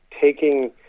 taking